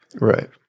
right